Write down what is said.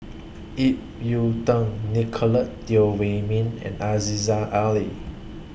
Ip Yiu Tung Nicolette Teo Wei Min and Aziza Ali